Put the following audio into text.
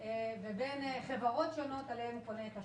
ובין חברות שונות עליהן הוא קונה את השירות.